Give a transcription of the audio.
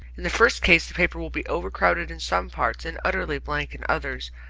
in the first case the paper will be overcrowded in some parts and utterly blank in others,